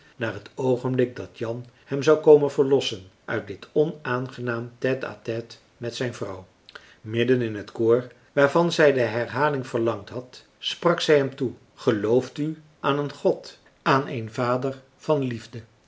naar het oogenblik dat jan hem zou komen verlossen uit dit onaangenaam tete à tete met zijn vrouw midden in het koor waarvan zij de herhaling verlangd had sprak zij hem toe gelooft u aan een god aan een vader van liefde